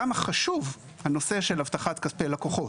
כמה חשוב הנושא של הבטחת כספי לקוחות.